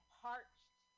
parched